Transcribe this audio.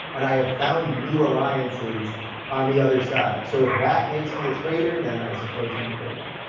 and i have found new alliances on the other side. so if that makes me a traitor, then i suppose i'm a traitor.